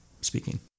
speaking